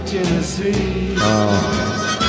Tennessee